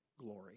glory